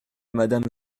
madame